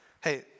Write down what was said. Hey